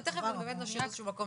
ותיכף באמת נשאיר איזשהו מקום לשאלות.